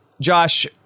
Josh